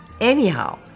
Anyhow